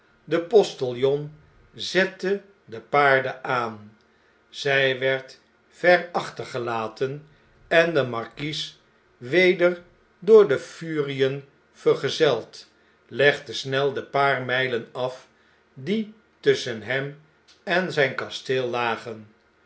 de postiljon zette de paarden aan zg werd ver achtergelaten en de markies weder door de furien vergezeld legde snel de paar mjjlen af die tusschen hem en zijn kasteel lagen